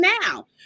now